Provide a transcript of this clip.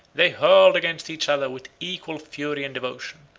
they hurled against each other with equal fury and devotion.